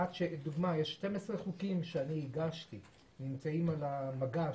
לדוגמא, 12 חוקים שהגשתי נמצאים על המגש,